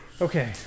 okay